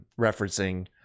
referencing